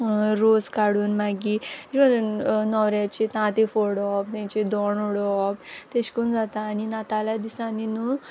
रोस काडून मागी न्होवऱ्याचेर तांतें फोडोप तेंचे दोण उडोवोप तेश कोन्न जाता आनी नातालां दिसांनी न्हू